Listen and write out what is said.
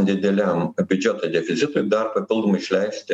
dideliam biudžeto deficitui dar papildomai išleisti